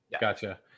Gotcha